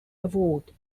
award